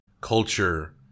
culture